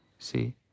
See